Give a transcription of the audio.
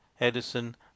Edison